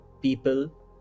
people